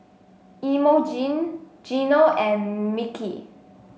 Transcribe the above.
Emogene Geno and Micky